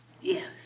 Yes